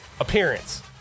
appearance